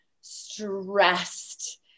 stressed